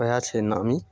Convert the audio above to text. वएह छै नामी